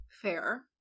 Fair